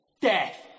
death